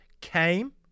came